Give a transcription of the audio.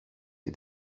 και